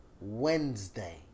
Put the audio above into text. Wednesday